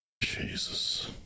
jesus